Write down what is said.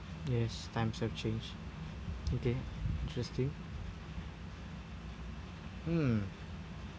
yes times have changed okay interesting hmm